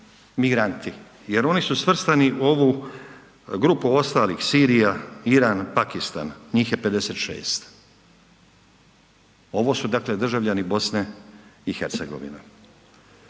migranti jer oni su svrstani u ovu grupu ostalih Sirija, Iran, Pakistan, njih je 56. Ovo su dakle državljani BiH.